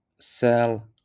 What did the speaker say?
sell